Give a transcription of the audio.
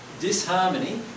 disharmony